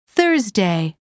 Thursday